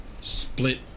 split